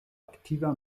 aktiva